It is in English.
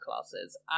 classes